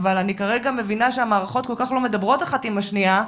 אבל אני כרגע מבינה שהמערכות כל כך לא מדברות אחת עם השנייה.